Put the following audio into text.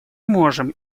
можем